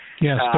Yes